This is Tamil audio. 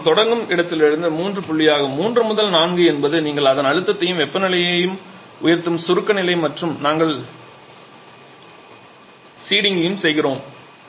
இது நாம் தொடங்கும் இடத்திலிருந்து 3 புள்ளியாகும் 3 முதல் 4 என்பது நீங்கள் அதன் அழுத்தத்தையும் வெப்பநிலையையும் உயர்த்தும் சுருக்க நிலை மற்றும் நாங்கள் சீடிங்கும் செய்கிறோம்